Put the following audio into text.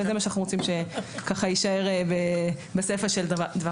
וזה מה שאנחנו רוצים שיישאר בסיפה של דבריי.